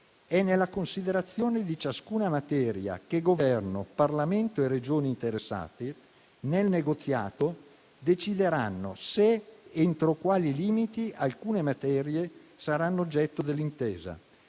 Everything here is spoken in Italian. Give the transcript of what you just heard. È nella considerazione di ciascuna materia che Governo, Parlamento e Regioni interessate nel negoziato decideranno se ed entro quali limiti alcune materie saranno oggetto dell'intesa.